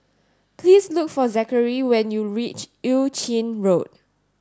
please look for Zakary when you reach Eu Chin Road